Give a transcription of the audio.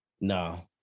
no